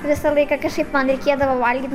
visą laiką kažkaip man reikėdavo valgyt